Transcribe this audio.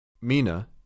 Mina